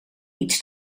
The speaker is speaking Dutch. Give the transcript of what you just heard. iets